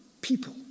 people